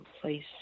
place